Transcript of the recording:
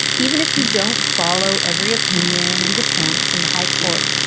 even if you don't follow every opinion and dissent from the high court,